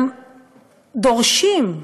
גם דורשים,